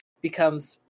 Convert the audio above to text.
becomes